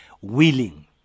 willing